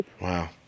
Wow